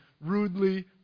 rudely